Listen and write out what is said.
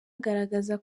agaragaza